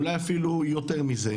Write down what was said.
אולי אפילו יותר מזה,